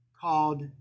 called